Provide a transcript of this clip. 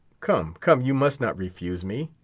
come, come, you must not refuse me.